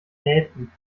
nähten